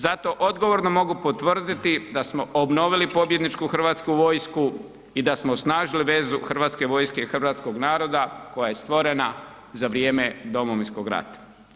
Zato odgovorno mogu potvrditi da smo obnovili pobjedničku Hrvatsku vojsku i da smo osnažili vezu Hrvatske vojske i hrvatskog naroda koja je stvorena za vrijeme Domovinskog rata.